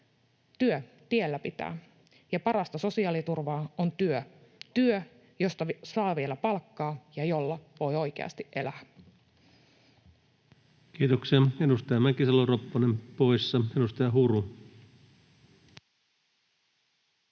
Työ tiellä pitää, ja parasta sosiaaliturvaa on työ — työ, josta saa vielä palkkaa ja jolla voi oikeasti elää. Kiitoksia. — Edustaja Mäkisalo-Ropponen, poissa. — Edustaja Huru.